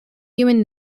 human